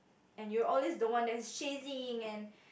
and you are always the one that is chasing and